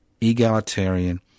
egalitarian